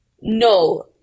No